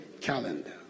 calendar